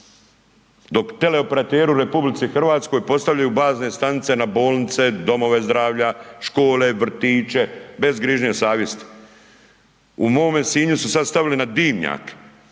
dok tele operateri u RH postavljaju bazne stanice na bolnice, domove zdravlja, škole, vrtiće, bez grižnje savjesti. U mome Sinju su sad stavili na dimnjak